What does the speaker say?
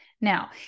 Now